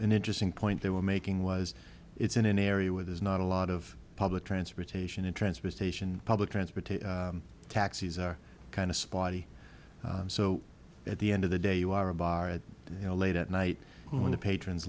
an interesting point they were making was it's in an area where there's not a lot of public transportation in transportation public transportation taxis are kind of spotty so at the end of the day you are a bar at late at night when the patrons